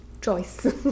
choice